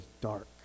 dark